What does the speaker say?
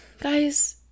guys